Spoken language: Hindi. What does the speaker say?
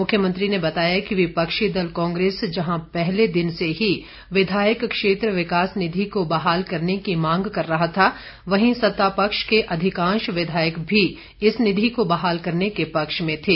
मुख्यमंत्री ने बताया कि विपक्षी दल कांग्रेस जहां पहले दिन से ही विधायक क्षेत्र विकास निधि को बहाल करने की मांग कर रहा था वहीं सत्तापक्ष के अधिकांश विधायक भी इस निधि को बहाल करने के पक्ष में थे